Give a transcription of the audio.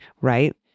right